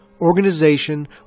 Organization